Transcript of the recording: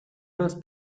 nos